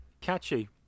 catchy